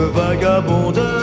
vagabonde